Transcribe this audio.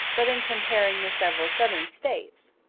but in comparing the several southern states.